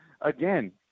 again